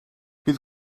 bydd